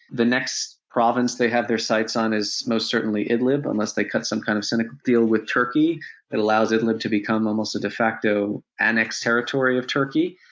the next province they have their sights on is most certainly idlib, unless they cut some kind of deal with turkey that allows idlib to become almost a defacto annex territory of turkey.